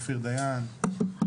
אופיר דיין,